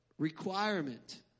requirement